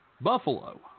Buffalo